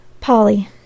Polly